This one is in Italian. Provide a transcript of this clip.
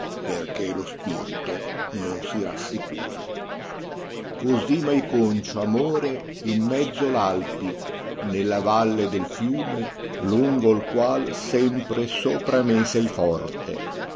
perchè lo spirto non si rassicura cosi m hai concio amore in mezzo v alpi nella valle del fiume lungo il qual sempre sopra me sei forte